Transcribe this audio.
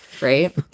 Right